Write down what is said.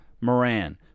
Moran